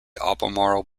albemarle